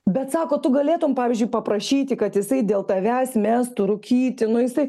bet sako tu galėtum pavyzdžiui paprašyti kad jisai dėl tavęs mestų rūkyti nu jisai